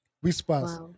Whispers